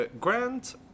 grant